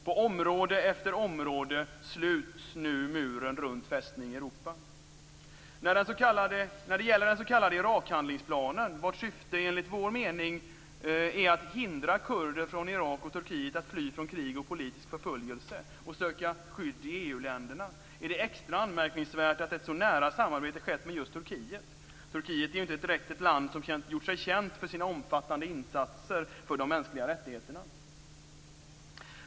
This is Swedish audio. På område efter område sluts nu muren runt fästning När det gäller den s.k. Irakhandlingsplanen, vars syfte, enligt vår mening, är att hindra kurder från Irak och Turkiet att fly från krig och politisk förföljelse och söka skydd i EU-länderna, är det extra anmärkningsvärt att ett så nära samarbete skett med just Turkiet. Turkiet är ju inte direkt ett land som gjort sig känt för sina omfattande insatser för de mänskliga rättigheterna.